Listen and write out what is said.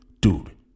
Dude